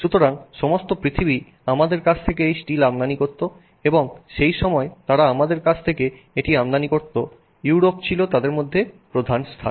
সুতরাং সমগ্র পৃথিবী আমাদের কাছ থেকে এই স্টিল আমদানি করত এবং সেই সময় যারা আমাদের কাছ থেকে এটি আমদানি করতো ইউরোপ ছিল তাদের মধ্যে প্রধান স্থান